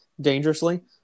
dangerously